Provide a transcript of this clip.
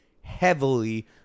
heavily